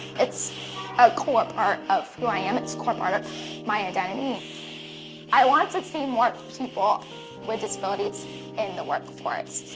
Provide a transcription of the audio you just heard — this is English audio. it's a core part of who i am. it's a core part of my identity. and i want to see more people with disabilities in the work force.